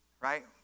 right